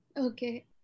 Okay